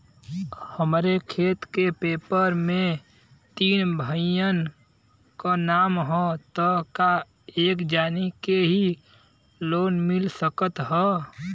हमरे खेत के पेपर मे तीन भाइयन क नाम ह त का एक जानी के ही लोन मिल सकत ह?